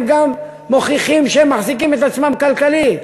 הם גם מוכיחים שהם מחזיקים את עצמם כלכלית.